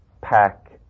pack